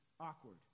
awkward